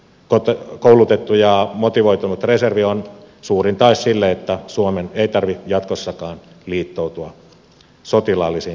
koulutettu ja motivoitunut reservi on suurin tae sille että suomen ei tarvitse jatkossakaan liittoutua sotilaallisiin sotilasliittoihin